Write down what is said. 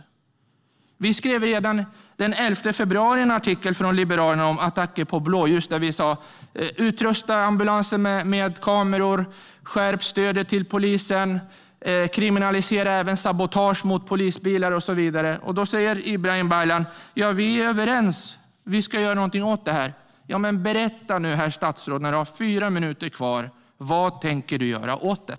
Liberalerna skrev redan den 11 februari i en artikel om attacker på blåljuspersonal att ambulanser ska utrustas med kameror, att stödet till polisen ska skärpas, att sabotage mot polisbilar ska kriminaliseras och så vidare. Ibrahim Baylan säger att vi är överens och att han ska göra något åt det. Berätta nu, herr statsråd, när du har fyra minuter kvar vad du tänker göra åt det!